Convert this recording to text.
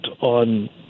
on